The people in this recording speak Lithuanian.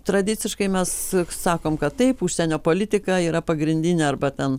tradiciškai mes sakom kad taip užsienio politika yra pagrindinė arba ten